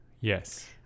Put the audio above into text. Yes